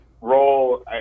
role